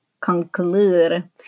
conclude